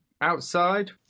outside